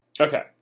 Okay